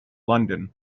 london